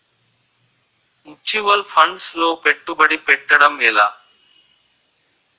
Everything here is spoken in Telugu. ముచ్యువల్ ఫండ్స్ లో పెట్టుబడి పెట్టడం ఎలా?